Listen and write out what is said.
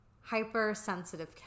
hypersensitive